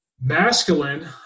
masculine